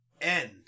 end